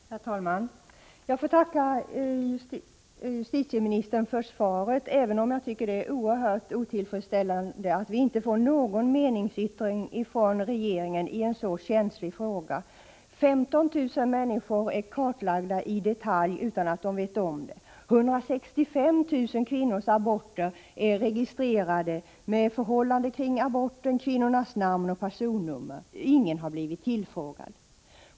Herr talman! Jag får tacka justitieministern för svaret, även om jag tycker det är oerhört otillfredsställande att vi inte får någon meningsyttring från regeringen i en så känslig fråga. 15 000 människor är kartlagda i detalj utan att de vet om det. 165 000 kvinnors aborter är registrerade, tillsammans med förhållanden kring aborten. Kvinnornas namn och personnummer finns med. Ingen har blivit tillfrågad.